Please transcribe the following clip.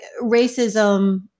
racism